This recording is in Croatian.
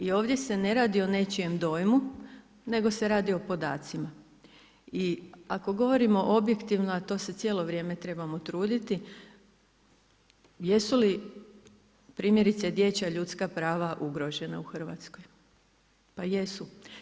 I ovdje se ne radi o nečijem dojmu nego se radi o podacima i ako govorimo objektivno a to se cijelo vrijeme trebamo truditi jesu li primjerice dječja ljudska prava ugrožena u Hrvatskoj, pa jesu.